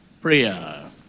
Prayer